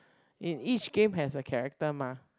in each game has a character mah